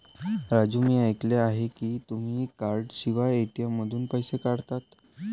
राजू मी ऐकले आहे की तुम्ही कार्डशिवाय ए.टी.एम मधून पैसे काढता